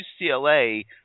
UCLA